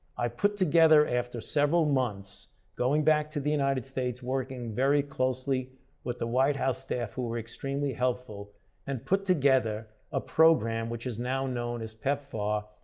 i put together after several months, going back to the united states, working closely with the white house staff who were extremely helpful and put together a program which is now known as pepfar,